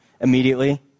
immediately